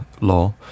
law